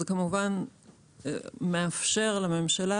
כי זה מאפשר לממשלה,